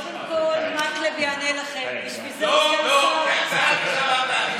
קודם כול, מקלב יענה לכם, בשביל זה הוא סגן שר.